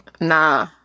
Nah